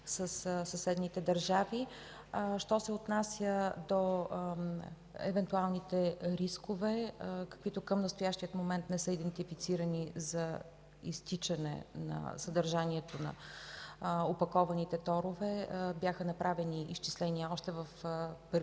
съседните държави. Що се отнася до евентуалните рискове, каквито към настоящия момент не са идентифицирани за изтичане на съдържанието на опакованите торове, бяха направени изчисления още в първите